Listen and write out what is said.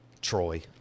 Troy